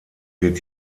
wird